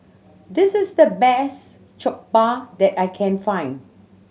this is the best Jokbal that I can find